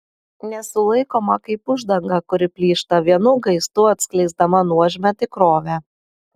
nesulaikoma kaip uždanga kuri plyšta vienu gaistu atskleisdama nuožmią tikrovę